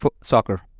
Soccer